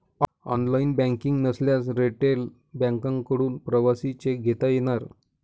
online banking नसल्यास retail बँकांकडून प्रवासी चेक घेता येणार